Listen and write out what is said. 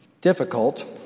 difficult